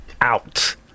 out